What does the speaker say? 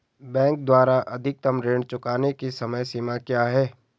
Bank द्वारा अधिकतम ऋण चुकाने की समय सीमा क्या है?